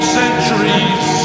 centuries